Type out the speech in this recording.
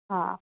हा